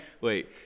Wait